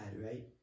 right